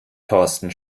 thorsten